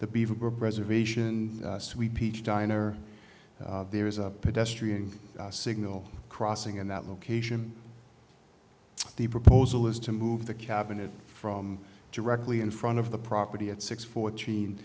the beaver preservation sweet peach diner there is a pedestrian signal crossing in that location the proposal is to move the cabinet from directly in front of the property at six fo